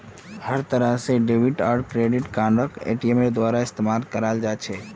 हर तरह से डेबिट आर क्रेडिट कार्डक एटीएमेर द्वारा इस्तेमालत अनाल जा छे